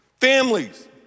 Families